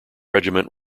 regiment